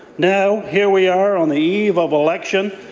now here we are on the eve of election,